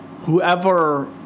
whoever